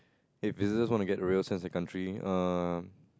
if visitors want to get a real sense of the country err